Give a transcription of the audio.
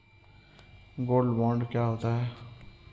Gold bond क्या होता है?